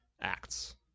acts